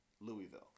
Louisville